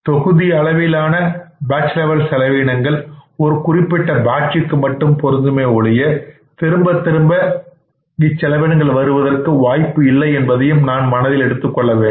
தொகுதி அளவிலான செலவீனங்கள் ஒரு குறிப்பிட்ட பாட்ஜ்க்கு மட்டுமே பொருந்துமே ஒழிய திரும்பத் திரும்ப இச்செலவினங்கள் வருவதற்கான வாய்ப்பு இல்லை என்பதையும் நாம் மனதில் எடுத்துக் கொள்ள வேண்டும்